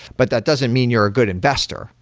but that doesn't mean you're a good investor.